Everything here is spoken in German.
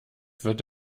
wird